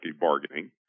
bargaining